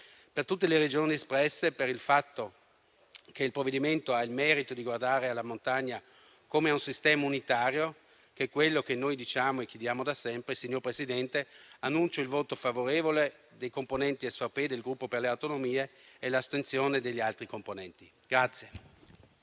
Per tutte le ragioni espresse e per il fatto che il provvedimento ha il merito di guardare alla montagna come un sistema unitario, che è quello che noi diciamo e chiediamo da sempre, annuncio il voto favorevole dei componenti SVP del Gruppo Per le Autonomie e l'astensione degli altri componenti.